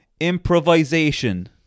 improvisation